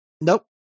Nope